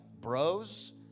bros